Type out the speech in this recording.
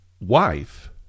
wife